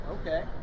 Okay